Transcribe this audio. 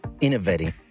innovating